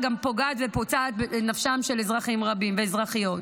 גם פוגעת ופוצעת את נפשם של אזרחים רבים ואזרחיות.